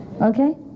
okay